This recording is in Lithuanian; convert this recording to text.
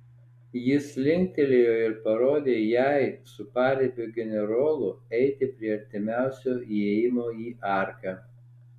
jis linktelėjo ir parodė jai su paribio generolu eiti prie artimiausio įėjimo į arką